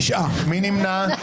9 נמנעים,